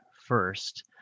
first